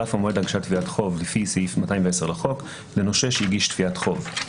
חלף המועד להגשת תביעות חוב לפי סעיף 210 לחוק לנושה שהגיש תביעת חוב.